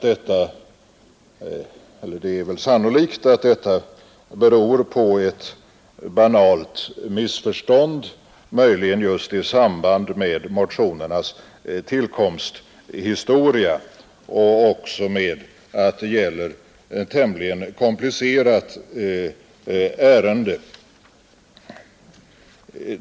Det är väl sannolikt att detta beror på ett banalt missförstånd, som möjligen har samband just med motionernas tillkomsthistoria och också med att det gäller ett tämligen komplicerat ärende.